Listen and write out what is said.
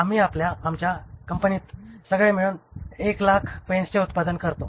आम्ही आमच्या कंपनीत सगळे मिळून 100000 पेन्स चे उत्पादन करतो